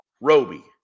Roby